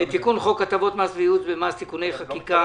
תיקון חוק הטבות מס (תיקוני חקיקה),